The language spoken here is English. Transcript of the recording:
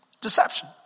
deception